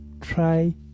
try